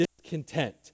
discontent